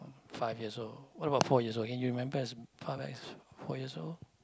five years old what about four years old can you remember as far back as four years old